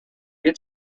get